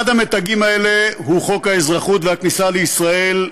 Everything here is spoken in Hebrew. אחד המתגים האלה הוא חוק האזרחות והכניסה לישראל,